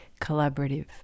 collaborative